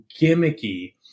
gimmicky